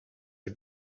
are